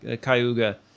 Cayuga